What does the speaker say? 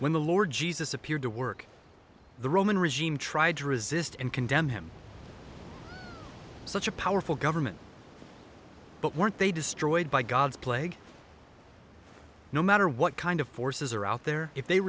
when the lord jesus appeared to work the roman regime tried to resist and condemned him such a powerful government but weren't they destroyed by god's plague no matter what kind of forces are out there if they